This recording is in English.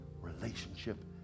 relationship